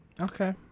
Okay